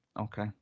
Okay